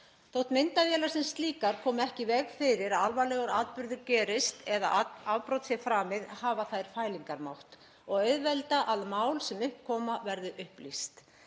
Þótt myndavélar sem slíkar komi ekki í veg fyrir að alvarlegur atburður gerist eða afbrot sé framið hafa þær fælingarmátt og auðvelda að mál sem upp koma verði upplýst.